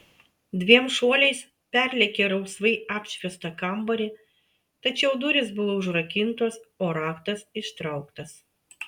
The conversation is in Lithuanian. dviem šuoliais perlėkė rausvai apšviestą kambarį tačiau durys buvo užrakintos o raktas ištrauktas